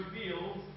reveals